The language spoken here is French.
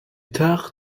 tard